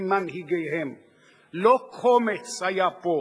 לא קומץ היה פה,